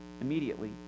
Immediately